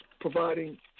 providing